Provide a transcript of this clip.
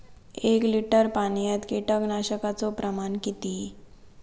एक लिटर पाणयात कीटकनाशकाचो प्रमाण किती?